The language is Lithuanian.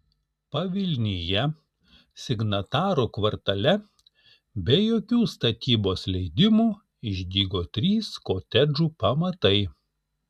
pavilnyje signatarų kvartale be jokių statybos leidimų išdygo trys kotedžų pamatai